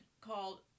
called